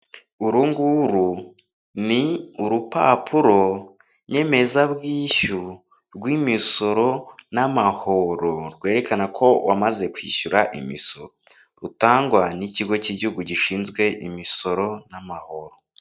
Urunguru ni urupapuro nyemezabwishyu rw'imisoro n'amahoro rwerekana ko wamaze kwishyura imisoro rutangwa n'ikigo cy'igihugu gishinzwe imisoro n'amahoro.